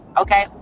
okay